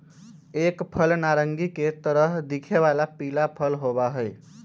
एक फल नारंगी के तरह दिखे वाला पीला फल होबा हई